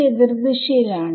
എതിർദിശയിൽ ആണ്